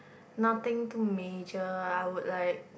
nothing too major I would like